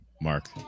Mark